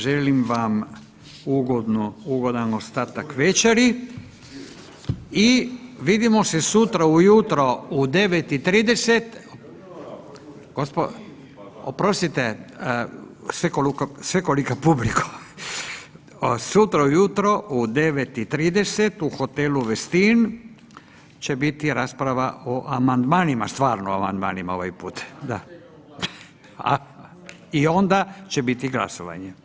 Želim vam ugodan ostatak večeri i vidimo se sutra ujutro u 9 i 30, oprostite svekolika publiko, sutra ujutro u 9 i 30 u Hotelu Westin će biti rasprava o amandmanima, stvarno o amandmanima ovaj put, da i onda će biti glasovanje.